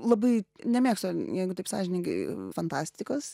labai nemėgstu jeigu taip sąžiningai fantastikos